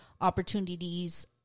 opportunities